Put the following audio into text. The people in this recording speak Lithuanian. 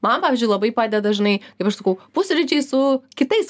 man pavyzdžiui labai padeda žinai kaip aš sakau pusryčiai su kitais